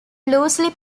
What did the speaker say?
loosely